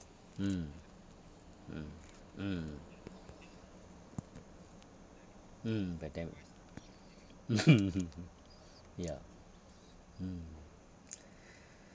mm mm mm mm bad time ah ya mm